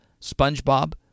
SpongeBob